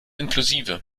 inklusive